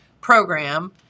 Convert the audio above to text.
program